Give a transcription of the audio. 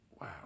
Wow